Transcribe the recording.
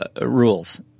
rules